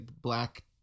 black